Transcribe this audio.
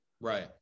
right